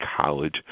college